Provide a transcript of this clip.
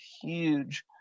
huge